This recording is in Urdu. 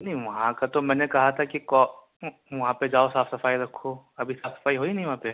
نہیں وہاں کا تو میں نے کہا تھا کہ کو وہاں پہ جاؤ صاف صفائی رکھو ابھی صفائی ہوئی نہیں وہاں پہ